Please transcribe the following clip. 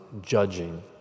judging